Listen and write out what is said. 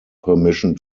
permission